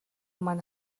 минь